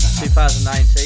2019